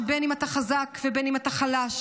שבין אם אתה חזק ובין אם אתה חלש,